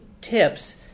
tips